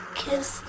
kiss